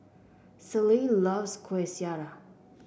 Celie loves Kueh Syara